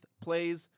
plays